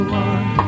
one